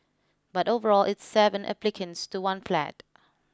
but overall it's seven applicants to one flat